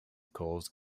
calls